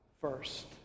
first